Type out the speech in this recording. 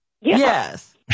Yes